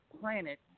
planet